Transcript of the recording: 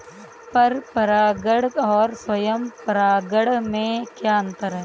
पर परागण और स्वयं परागण में क्या अंतर है?